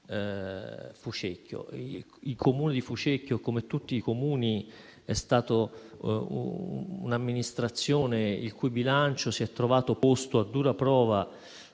Il Comune di Fucecchio, come tutti i Comuni, è stato un'amministrazione il cui bilancio si è trovato posto a dura prova